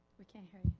we can't hear you.